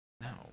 No